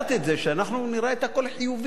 התקשורת ומעתה אנחנו נראה את הכול באור חיובי,